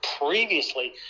previously